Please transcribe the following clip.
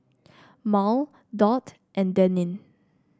Mal Dot and Denine